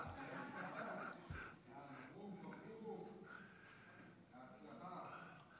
ההצעה להעביר את הצעת חוק הביטוח הלאומי (תיקון מס'